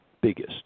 biggest